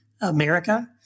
America